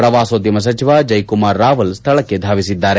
ಪ್ರವಾಸೋದ್ಯಮ ಸಚಿವ ಜೈಕುಮಾರ್ ರಾವಲ್ ಸ್ಥಳಕ್ಕೆ ಧಾವಿಸಿದ್ದಾರೆ